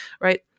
Right